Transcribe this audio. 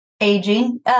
aging